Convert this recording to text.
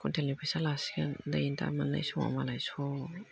कुविन्थेलनि फैसा लासिगोन नै दा मोननाय समाव मोननाय समाव